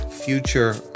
Future